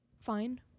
fine